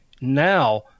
now